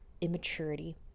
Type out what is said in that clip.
immaturity